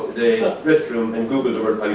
the restroom and googled the word